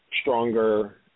stronger